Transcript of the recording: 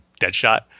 Deadshot